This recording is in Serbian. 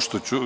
što ću